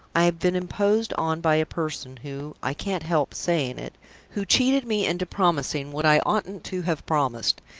i've been imposed on by a person, who i can't help saying it who cheated me into promising what i oughtn't to have promised,